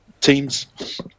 teams